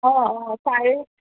অঁ অঁ চাৰে